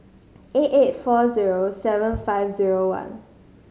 eight eight four zero seven five zero one